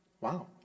Wow